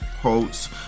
quotes